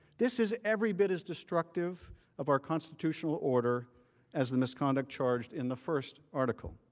this is every bit as destructive of our constitutional order as the misconduct charge in the first article.